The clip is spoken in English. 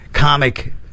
comic